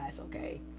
okay